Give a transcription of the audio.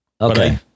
Okay